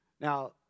Now